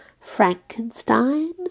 Frankenstein